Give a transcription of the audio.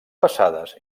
passades